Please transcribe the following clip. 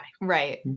Right